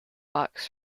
box